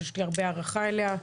שיש לי הרבה הערכה אליה,